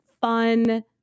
fun